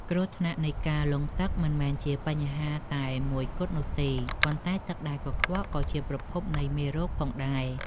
គ្រោះថ្នាក់នៃការលង់ទឹកមិនមែនជាបញ្ហាតែមួយគត់នោះទេ ប៉ុន្តែទឹកដែលកខ្វក់ក៏ជាប្រភពនៃមេរោគផងដែរ។